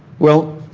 well,